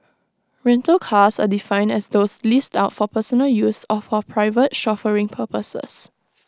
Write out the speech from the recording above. rental cars are defined as those leased out for personal use or for private chauffeuring purposes